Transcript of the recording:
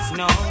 no